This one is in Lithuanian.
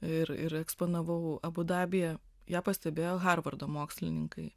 ir ir eksponavau abu dabyje ją pastebėjo harvardo mokslininkai